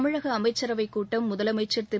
தமிழக அமைச்சரவைக் கூட்டம் முதலமைச்சர் திரு